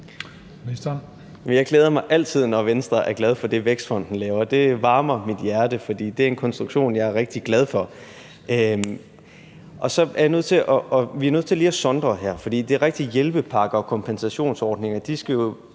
Jeg glæder mig altid, når Venstre er glad for det, Vækstfonden laver. Det varmer mit hjerte, for det er en konstruktion, jeg er rigtig glad for. Vi er nødt til lige at sondre her. For det er rigtigt, at hjælpepakker og kompensationsordninger jo skal